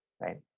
right